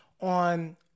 on